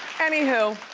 anywho.